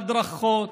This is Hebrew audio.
להדרכות.